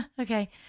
okay